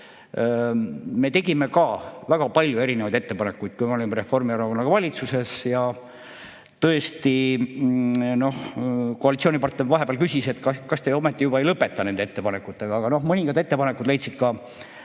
me tegime ka väga palju erinevaid ettepanekuid. Siis me olime Reformierakonnaga valitsuses ja tõesti koalitsioonipartner vahepeal küsis, kas te ükskord ei lõpeta nende ettepanekutega. Aga mõningad ettepanekud leidsid